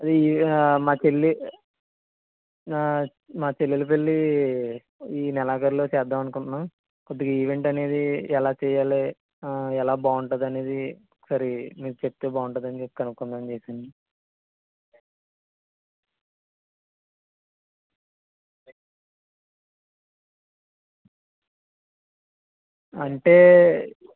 అది మా చెల్లి మా చెల్లెలి పెళ్లి ఈనెల ఆఖరులో చేద్దామనుకుంటున్నాం కొద్దిగా ఈవెంట్ అనేది ఎలా చేయాలి ఎలా బాగుంటుంది అనేది ఒకసారి చెప్తే మీరు బాగుంటుందని కనుక్కుందాం అని చేసాను అంటే